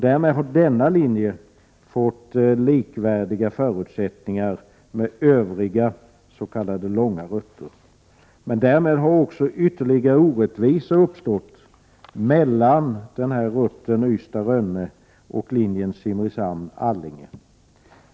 Därmed har denna linje fått likvärdiga förutsättningar som övriga s.k. långrutter. Men därmed har också ytterligare orättvisor uppstått mellan rutten Ystad-Rönne och linjen Simrishamn-Allinge.